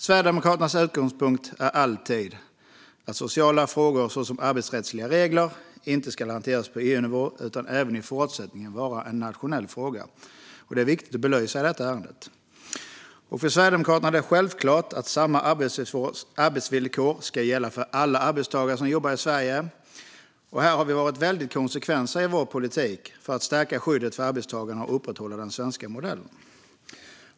Sverigedemokraternas utgångspunkt är alltid att sociala frågor, till exempel arbetsrättsliga regler, inte ska hanteras på EU-nivå utan även i fortsättningen vara nationella frågor. Det är viktigt att belysa i detta ärende. För Sverigedemokraterna är det självklart att samma arbetsvillkor ska gälla för alla arbetstagare som jobbar i Sverige. Vi har varit väldigt konsekventa i vår politik för att stärka skyddet för arbetstagarna och upprätthålla den svenska modellen.